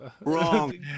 Wrong